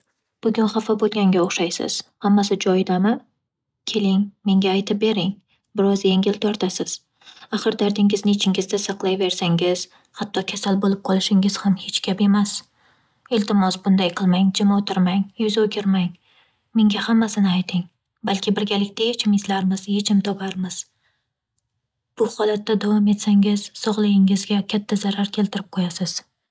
Bugun xafa bo'lganga o'xshaysiz, hammasi joyidami? Keling, menga aytib bering, biroz yengil tortasiz. Axir dardingizni ichingizda saqlayversangiz, hatto kasal bo'lib qolishingiz ham hech gap emas. Iltimos bunday qilmang, jim o'tirmang, yuz o'girmang. Menga hammasini ayting. Balki birgalikda yechim izlarmiz, yechim toparmiz. Bu holatda davom etsangiz sog'ligingizga katta zarar keltirib qo'yasiz.